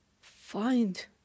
find